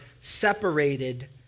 separated